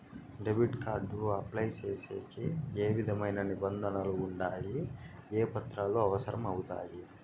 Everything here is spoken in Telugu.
డెబిట్ కార్డు అప్లై సేసేకి ఏ విధమైన నిబంధనలు ఉండాయి? ఏ పత్రాలు అవసరం అవుతాయి?